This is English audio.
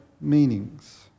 meanings